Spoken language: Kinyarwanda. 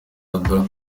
amb